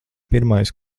pirmais